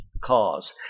cause